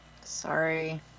Sorry